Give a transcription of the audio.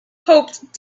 hoped